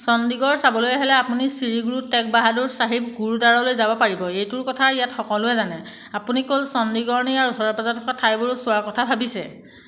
চণ্ডীগড় চাবলৈ আহিলে আপুনি শ্ৰী গুৰু টেগ বাহাদুৰ ছাহিব গুৰুদ্বাৰলৈ যাব পাৰিব এইটোৰ কথা ইয়াত সকলোৱে জানে আপুনি কেৱল চণ্ডীগড় নে ইয়াৰ ওচৰে পাঁজৰে থকা ঠাইবোৰো চোৱাৰ কথা ভাবিছে